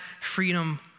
freedom